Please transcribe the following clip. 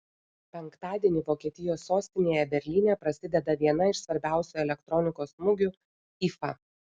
penktadienį vokietijos sostinėje berlyne prasideda viena iš svarbiausių elektronikos mugių ifa